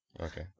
Okay